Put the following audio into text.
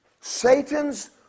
Satan's